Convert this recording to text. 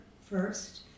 first